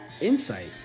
Insight